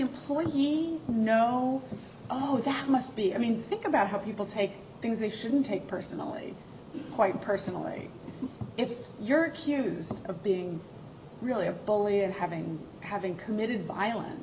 employer know oh that must be i mean think about how people take things they shouldn't take personally quite personally if you're accused of being really a bully and having having committed